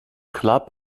club